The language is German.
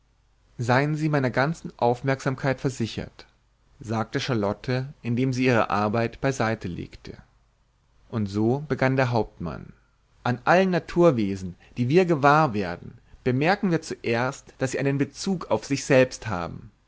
sein sie meiner ganzen aufmerksamkeit versichert sagte charlotte indem sie ihre arbeit beiseitelegte und so begann der hauptmann an allen naturwesen die wir gewahr werden bemerken wir zuerst daß sie einen bezug auf sich selbst haben